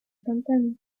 pantano